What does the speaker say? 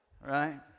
right